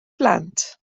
blant